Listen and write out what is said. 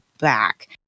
back